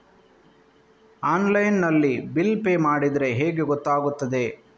Online ನಲ್ಲಿ bill pay ಮಾಡಿದ್ರೆ ಹೇಗೆ ಗೊತ್ತಾಗುತ್ತದೆ?